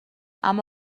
اما